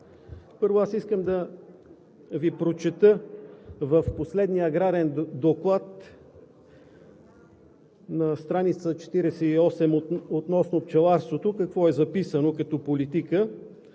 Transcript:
Първо, аз искам да Ви прочета в последния Аграрен доклад на страница 48 относно пчеларството какво е записано като политика: